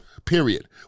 Period